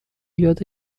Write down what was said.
یاد